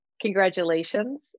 congratulations